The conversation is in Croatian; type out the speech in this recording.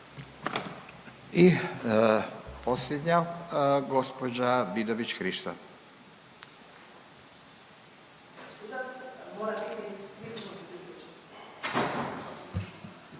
I posljednja gospođa Vidović Krišto.